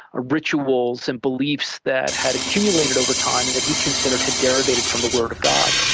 rituals and beliefs that had accumulated over time and that he considered had deviated from the word of god.